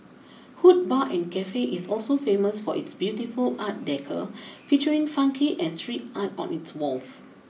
Hood Bar and Cafe is also famous for its beautiful art decor featuring funky and street art on its walls